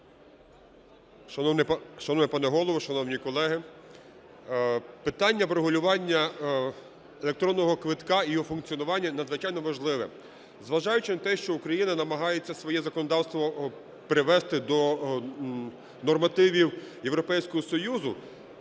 Шановний пане Голово, шановні колеги! Питання врегулювання електронного квитка і його функціонування надзвичайно важливе. Зважаючи на те, що Україна намагається своє законодавство привести до нормативів Європейського Союзу,